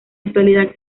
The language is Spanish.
actualidad